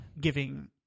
giving